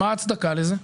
מה ההצדקה לזה?